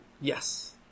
Yes